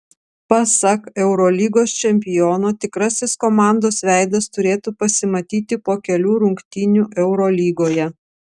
pasak eurolygos čempiono tikrasis komandos veidas turėtų pasimatyti po kelių rungtynių eurolygoje